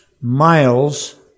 miles